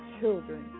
children